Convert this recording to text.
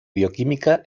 bioquímica